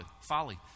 folly